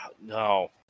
No